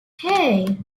hey